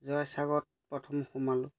জয়সাগৰত প্ৰথম সোমালোঁ